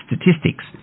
Statistics